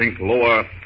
lower